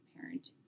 parent